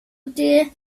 det